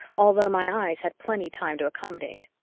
although my eyes had plenty time to accommodate.